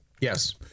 Yes